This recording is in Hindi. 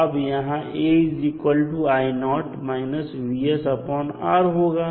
इसलिए अब यहां होगा